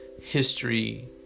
history-